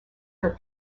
her